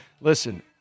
Listen